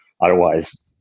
otherwise